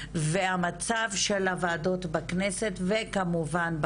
והמצב של הוועדות בכנסת וכמובן,